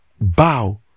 bow